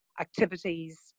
activities